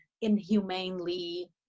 inhumanely